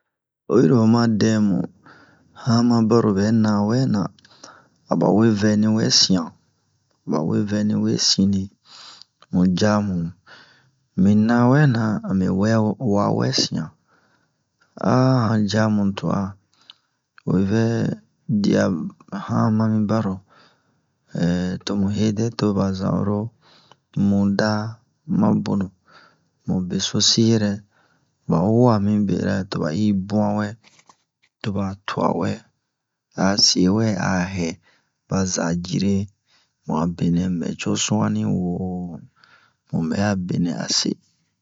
Oyi ro oma dɛmu han ma baro bɛ na wɛna a bawe vɛni wɛ sinyan a bawe vɛni wɛ sine mu jamu mi na wɛna ami wɛ wawɛ sin han jamu twa oyi vɛ diya mu han mami baro tomu he dɛ tomu zan oro muda ma bonu mu besosi yɛrɛ ba huwa mi bera toba i buwan wɛ toba tuwa wɛ a se wɛ a hɛ ba za jire mu a benɛ mubɛ co su'ani wo mu bɛ'a benɛ a se